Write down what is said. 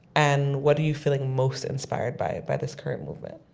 and what are you feeling most inspired by, by this current movement?